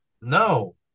No